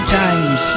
times